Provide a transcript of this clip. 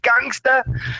gangster